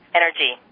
energy